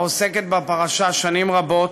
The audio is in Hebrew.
העוסקת בפרשה שנים רבות,